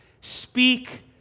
speak